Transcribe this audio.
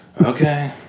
Okay